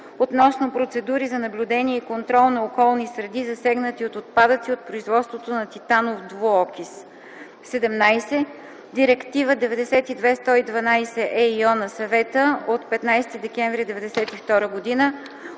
относно процедури за наблюдение и контрол на околни среди, засегнати от отпадъци от производството на титанов двуокис. 17. Директива 92/112/ ЕИО на Съвета от 15 декември 1992 г.